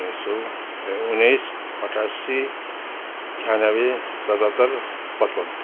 उन्नाइस सय ए उन्नाइस अठासी छयानब्बे सतहत्तर पचपन्न